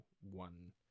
one